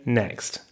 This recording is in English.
next